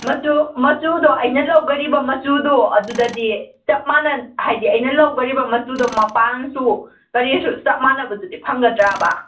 ꯃꯆꯨ ꯃꯆꯨꯗꯣ ꯑꯩꯅ ꯂꯧꯈꯔꯤꯕ ꯃꯆꯨꯗꯨ ꯑꯗꯨꯗꯗꯤ ꯆꯞ ꯃꯟꯅꯅ ꯍꯥꯏꯗꯤ ꯑꯩꯅ ꯂꯧꯈꯔꯤꯕ ꯃꯆꯨꯗꯣ ꯃꯄꯥꯟꯁꯨ ꯀꯔꯤꯁꯨ ꯆꯞ ꯃꯥꯟꯅꯕꯗꯗꯤ ꯐꯪꯒꯗ꯭ꯔꯥꯕ